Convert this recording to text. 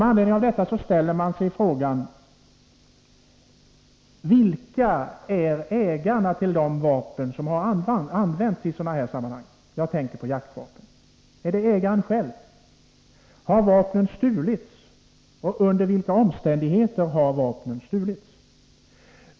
Med anledning av detta ställer man sig frågan: Vilka är det som använt vapen i sådana sammanhang — jag tänker på jaktvapen? Är det ägaren själv? Har vapnet stulits, och i så fall under vilka omständigheter har vapnet stulits?